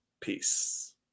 Peace